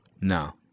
No